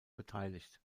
beteiligt